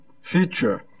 feature